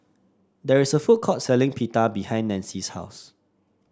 there is a food court selling Pita behind Nanci's house